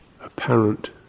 apparent